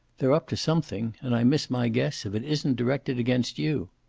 they're up to something, and i miss my guess if it isn't directed against you.